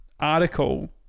article